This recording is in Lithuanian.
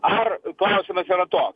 ar klausimas yra toks